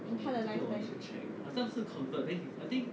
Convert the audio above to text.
in 他的 lifeline